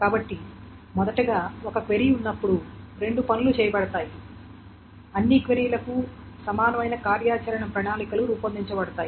కాబట్టి మొదటగా ఒక క్వెరీ ఉన్నప్పుడు రెండు పనులు చేయబడతాయి ముందుగా అన్ని క్వెరీలకూ సమానమైన కార్యాచరణ ప్రణాళికలు రూపొందించబడతాయి